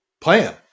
plan